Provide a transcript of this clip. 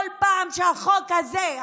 כל פעם שהחוק הזה,